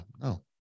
no